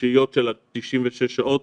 לשהיות של עד 96 שעות,